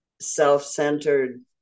self-centered